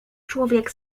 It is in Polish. człowiek